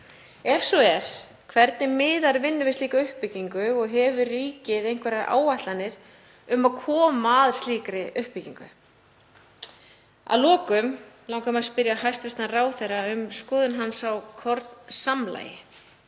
Ef svo er, hvernig miðar vinnu við slíka uppbyggingu og hefur ríkið einhverjar áætlanir um að koma að slíkri uppbyggingu? Að lokum langar mig að spyrja hæstv. ráðherra um skoðun hans á kornsamlagi.